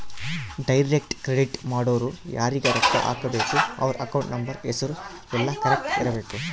direct credit ಮಾಡೊರು ಯಾರೀಗ ರೊಕ್ಕ ಹಾಕಬೇಕು ಅವ್ರ ಅಕೌಂಟ್ ನಂಬರ್ ಹೆಸರು ಯೆಲ್ಲ ಕರೆಕ್ಟ್ ಇರಬೇಕು